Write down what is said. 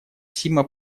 сима